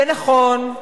ונכון,